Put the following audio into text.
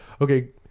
Okay